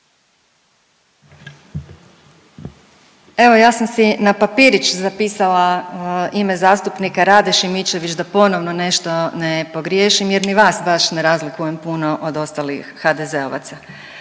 Evo ja sam si na papirić zapisala ime zastupnika Rade Šimičević da ponovno nešto ne pogriješim jer ni vas baš ne razlikujem puno od ostalih HDZ-ovaca.